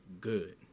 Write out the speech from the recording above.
good